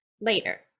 later